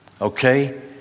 Okay